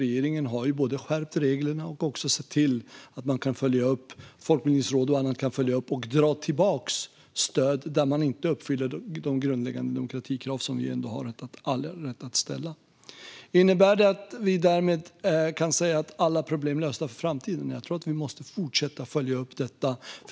Regeringen har både skärpt reglerna och sett till att Folkbildningsrådet och andra kan följa upp och dra tillbaka stöd där de grundläggande demokratikraven, som vi har all rätt att ställa, inte uppfylls. Innebär detta att vi därmed kan säga att alla problem är lösta inför framtiden? Nej, jag tror att vi måste fortsätta att följa upp detta.